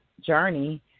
journey